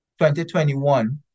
2021